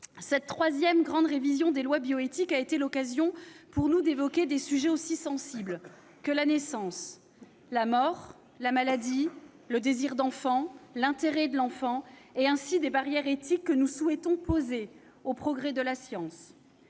Cette troisième grande révision des lois de bioéthique a été l'occasion pour nous d'évoquer des sujets aussi sensibles que la naissance, la mort, la maladie, le désir d'enfant, l'intérêt de l'enfant et, ainsi, des barrières éthiques que nous souhaitons poser aux progrès de la science.